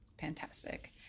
Fantastic